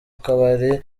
kabari